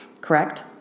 Correct